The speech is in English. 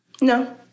No